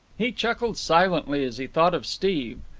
he chuckled silently as he thought of steve.